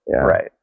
Right